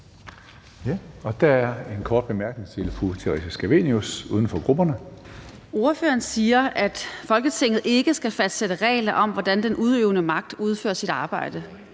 Der er en kort bemærkning til fru Theresa Scavenius, uden for grupperne. Kl. 13:55 Theresa Scavenius (UFG): Ordføreren siger, at Folketinget ikke skal fastsætte regler om, hvordan den udøvende magt udfører sit arbejde,